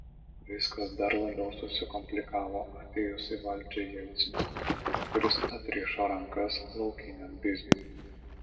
viskas dar labiau susikomplikavo atėjus į valdžią jelcinui kuris atrišo rankas laukiniam bizniui